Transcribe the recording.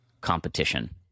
competition